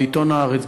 בעיתון "הארץ",